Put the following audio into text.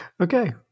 Okay